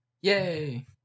Yay